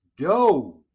go